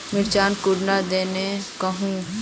मिर्चान कुंडा दिनोत उगैहे?